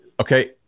Okay